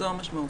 זאת המשמעות.